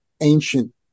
ancient